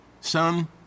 Son